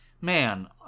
man